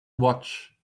watch